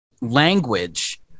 language